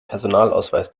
personalausweis